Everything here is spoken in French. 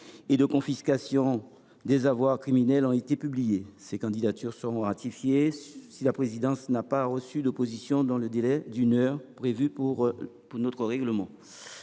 et de confiscation des avoirs criminels ont été publiées. Ces candidatures seront ratifiées si la présidence n’a pas reçu d’opposition dans le délai d’une heure prévu par notre règlement.